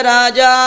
Raja